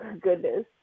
goodness